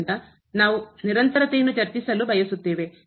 ಆದ್ದರಿಂದ ನಾವು ನಿರಂತರತೆಯನ್ನು ಚರ್ಚಿಸಲು ಬಯಸುತ್ತೇವೆ